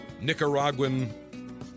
Nicaraguan